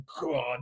god